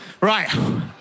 Right